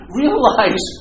realize